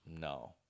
No